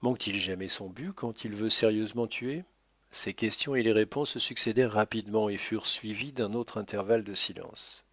manque-t-il jamais son but quand il veut sérieusement tuer ces questions et les réponses se succédèrent rapidement et furent suivies d'un autre intervalle de silence